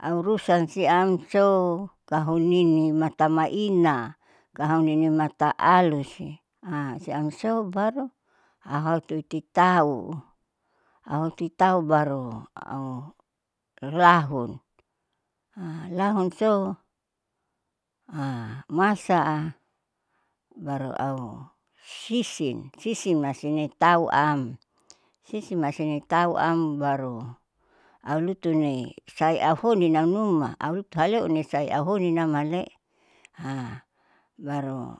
Aurusan siam sou ahunini mata maina kahaunini matalu si siam sou baru ahauotuiti tau ahoti tau baru au lahun lahun sou masa baru au sisin sisin masine tau am sisi masine tauam baru aulutuni saya saiahoni nam numa aulutu ahelu sau ninamale baru